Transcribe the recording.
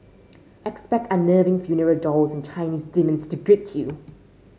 expect unnerving funeral dolls and Chinese demons to greet you